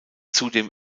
zudem